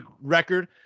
record